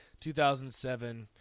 2007